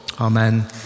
Amen